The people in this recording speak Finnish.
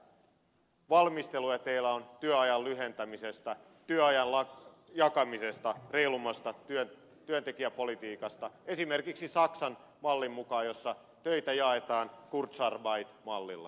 mitä valmisteluja teillä on työajan lyhentämisestä työajan jakamisesta reilummasta työntekijäpolitiikasta esimerkiksi saksan mallin mukaan jossa töitä jaetaan kurzarbeit mallilla